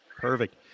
Perfect